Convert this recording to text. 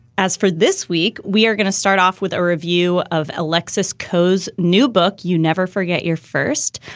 as for this week, we are going to start off with a review of alexis ko's new book, you never forget your first.